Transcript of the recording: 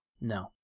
No